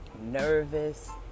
nervous